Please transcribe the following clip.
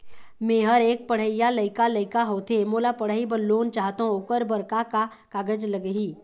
मेहर एक पढ़इया लइका लइका होथे मोला पढ़ई बर लोन चाहथों ओकर बर का का कागज लगही?